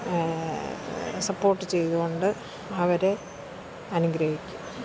support ചെയ്തുകൊണ്ട് അവരെ അനുഗ്രഹിക്ക്